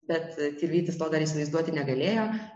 bet tilvytis to dar įsivaizduoti negalėjo